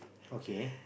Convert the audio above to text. okay